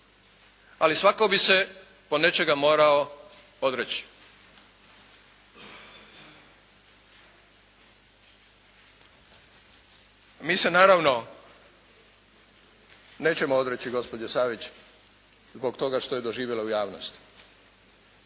Ali svatko bi se ponečega morao odreći. Mi se naravno nećemo odreći gospođe Savić zbog toga što je doživjela u javnosti.